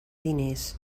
diners